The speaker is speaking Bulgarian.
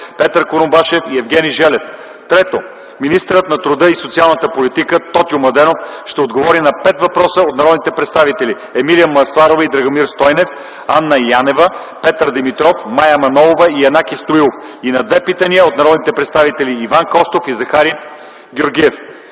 Петър Курумбашев и Евгений Желев. 3. Министърът на труда и социалната политика Тотю Младенов ще отговори на пет въпроса от народните представители: Емилия Масларова и Драгомир Стойнев, Анна Янева, Петър Димитров, Мая Манолова и Янаки Стоилов и на две питания от народните представители Иван Костов и Захари Георгиев.